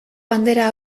bandera